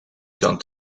done